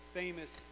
famous